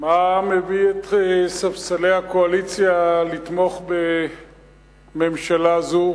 מה מביא את ספסלי הקואליציה לתמוך בממשלה זו?